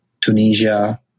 Tunisia